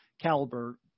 caliber